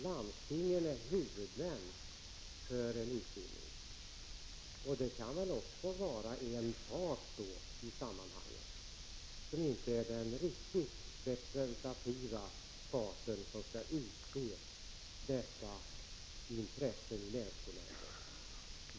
Landstingen är huvudmän för en utbildning och kan väl då också vara en part i sammanhanget som inte är riktigt representativ när det gäller att utse företrädare i länsskolnämnden.